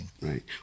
right